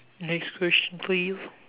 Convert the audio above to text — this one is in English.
next question please